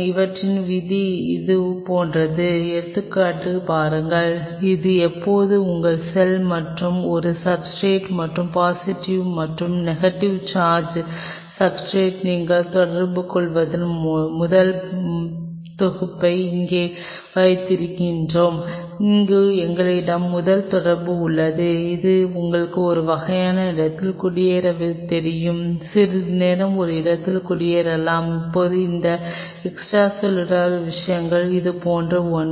அவற்றின் விதி இது போன்றது எடுத்துக்காட்டாக பாருங்கள் இது இப்போது உங்கள் செல் மற்றும் இங்கே சப்ஸ்ர்டேட் மற்றும் பாசிட்டிவ் மற்றும் நெகட்டிவ் சார்ஜ் சப்ஸ்ர்டேட் நீங்கள் தொடர்புகொள்வதற்கான முதல் தொகுப்பை இங்கே வைத்திருக்கிறோம் அங்கு எங்களிடம் முதல் தொடர்பு உள்ளது இது உங்களுக்கு ஒரு வகையான இடத்திலேயே குடியேறத் தெரியும் சிறிது நேரம் ஒரு இடத்தில் குடியேறலாம் இப்போது இந்த எக்ஸ்ட்ரா செல்லுலார் விஷயங்கள் இது போன்ற ஒன்று